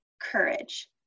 courage